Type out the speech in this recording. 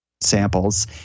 samples